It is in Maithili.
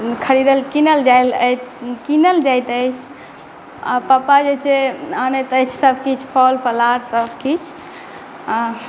खरीदल कीनल जाइत कीनल जाइत अछि आ पापा जे छै अनैत अछि सबकिछु फल फलहार सबकिछु